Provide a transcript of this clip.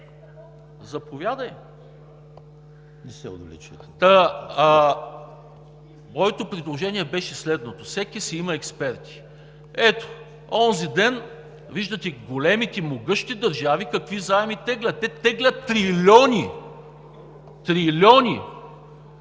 АТАНАСОВ: Моето предложение беше следното: всеки си има експерти. Ето, онзи ден виждате големите, могъщи държави какви заеми теглят – те теглят трилиони. Трилиони!